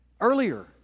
earlier